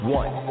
one